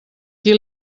qui